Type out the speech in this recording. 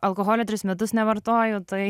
alkoholio tris metus nevartoju tai